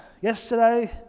yesterday